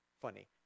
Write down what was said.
funny